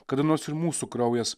kada nors ir mūsų kraujas